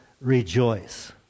rejoice